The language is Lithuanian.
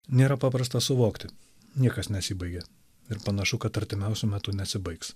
nėra paprasta suvokti niekas nesibaigė ir panašu kad artimiausiu metu nesibaigs